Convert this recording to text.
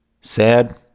sad